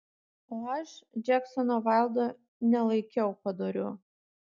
o aš džeksono vaildo nelaikiau padoriu